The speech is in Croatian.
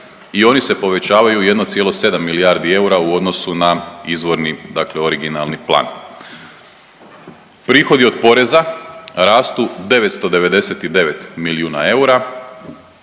i oni se povećavaju 1,7 milijardi eura u odnosu na izvorni dakle originalni plan. Prihodi od poreza rastu 999 milijuna eura,